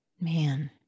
Man